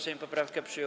Sejm poprawkę przyjął.